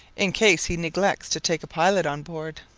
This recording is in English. in case he neglects to take a pilot on board.